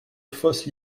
fausses